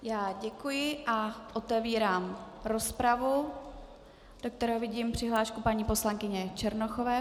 Já děkuji a otevírám rozpravu, do které vidím přihlášku paní poslankyně Černochové.